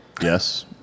Yes